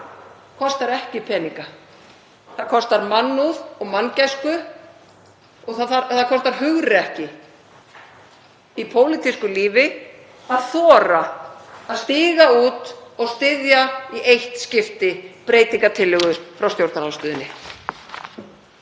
kostar ekki peninga. Það kostar mannúð og manngæsku og hugrekki í pólitísku lífi að þora að stíga út og styðja í eitt skipti breytingartillögu frá stjórnarandstöðunni.